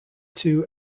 two